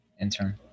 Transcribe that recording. Intern